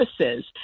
services